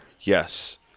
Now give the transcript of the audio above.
yes